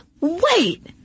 wait